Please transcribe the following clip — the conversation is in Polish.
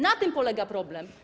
Na tym polega problem.